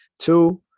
Two